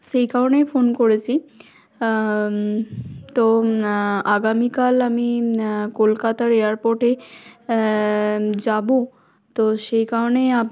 সেই কারণেই ফোন করেছি তো আগামীকাল আমি কলকাতার এয়ারপোর্টে যাব তো সেই কারণেই আপনি